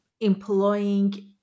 employing